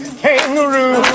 kangaroo